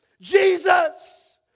Jesus